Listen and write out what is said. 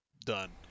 done